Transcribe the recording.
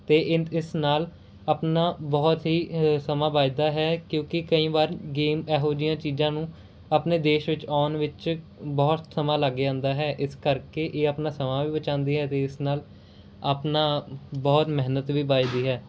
ਅਤੇ ਇੰਤ ਇਸ ਨਾਲ ਆਪਣਾ ਬਹੁਤ ਹੀ ਅ ਸਮਾਂ ਬਚਦਾ ਹੈ ਕਿਉਂਕਿ ਕਈ ਵਾਰ ਗੇਮ ਇਹੋ ਜਿਹੀਆਂ ਚੀਜ਼ਾਂ ਨੂੰ ਆਪਣੇ ਦੇਸ਼ ਵਿੱਚ ਆਉਣ ਵਿੱਚ ਬਹੁਤ ਸਮਾਂ ਲੱਗ ਜਾਂਦਾ ਹੈ ਇਸ ਕਰਕੇ ਇਹ ਆਪਣਾ ਸਮਾਂ ਵੀ ਬਚਾਉਂਦੀ ਹੈ ਅਤੇ ਇਸ ਨਾਲ ਆਪਣਾ ਬਹੁਤ ਮਿਹਨਤ ਵੀ ਬਚਦੀ ਹੈ